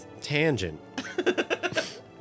tangent